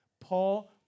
Paul